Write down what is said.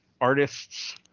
artists